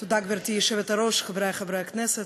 גברתי היושבת-ראש, תודה, חברי חברי הכנסת,